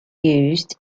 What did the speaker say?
used